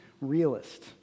realist